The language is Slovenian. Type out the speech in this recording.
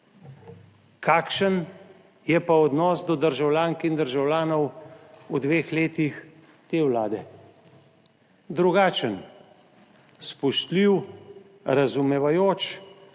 Kakšen je pa odnos do državljank in državljanov v dveh letih te vlade? Drugačen, spoštljiv, razumevajoč